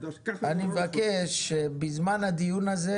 אני מבקש בזמן הדיון הזה